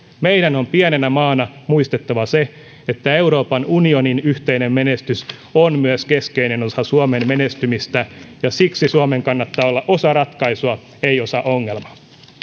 meidän on pienenä maana muistettava se että euroopan unionin yhteinen menestys on myös keskeinen osa suomen menestymistä ja siksi suomen kannattaa olla osa ratkaisua ei osa ongelmaa